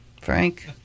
Frank